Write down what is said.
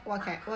what can what